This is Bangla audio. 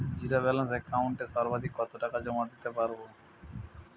জীরো ব্যালান্স একাউন্টে সর্বাধিক কত টাকা জমা দিতে পারব?